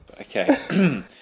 Okay